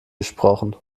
gesprochen